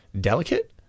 delicate